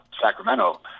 Sacramento